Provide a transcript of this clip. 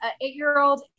eight-year-old